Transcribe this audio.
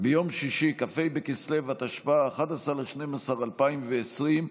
ביום שישי, כ"ה בכסלו התשפ"א, 11 בדצמבר 2020,